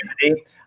community